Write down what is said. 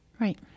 right